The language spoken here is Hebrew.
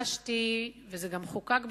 ביקשתי בה, וזה גם חוקק בסוף,